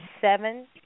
seven